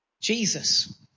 Jesus